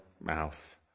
mouth